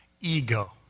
ego